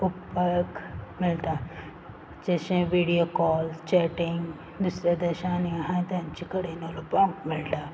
उपकाराक मेळटा जशें video call chatting दुसऱ्या देशांनी आहाय तेंचे कडेन उलोवपाक मेळटा